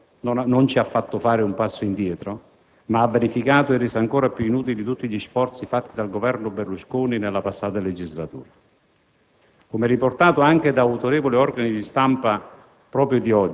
Questa finanziaria, ripeto, non solo ci ha fatto fare un passo indietro, ma ha vanificato e reso ancora più inutili tutti gli sforzi fatti dal Governo Berlusconi nella passata legislatura.